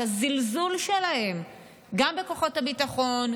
את הזלזול שלהם גם בכוחות הביטחון,